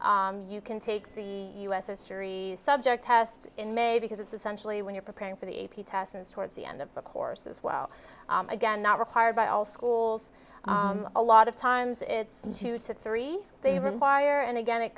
you can take the u s history subject test in may because it's essentially when you're preparing for the a p test and towards the end of the course as well again not required by all schools a lot of times it's two to three they require and again it